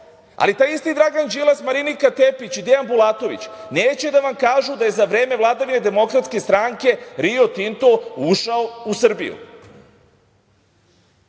Ali, taj isti Dragan Đilsa, Marinika Tepić i Dejan Bulatović neće da vam kažu da je za vreme vladavine DS „Rio Tinto“ ušao u Srbiju. Ono